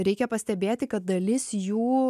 reikia pastebėti kad dalis jų